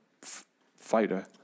fighter